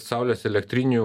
saulės elektrinių